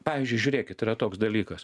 pavyzdžiui žiūrėkit yra toks dalykas